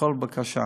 בכל בקשה.